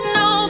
no